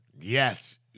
Yes